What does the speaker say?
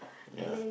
ya